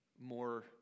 more